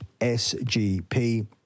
SGP